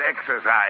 exercise